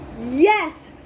yes